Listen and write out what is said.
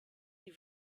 die